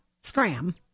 Scram